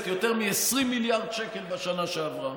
יותר מ-20 מיליארד שקל בשנה שעברה,